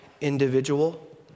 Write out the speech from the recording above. individual